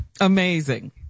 Amazing